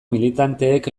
militanteek